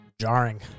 Jarring